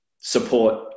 support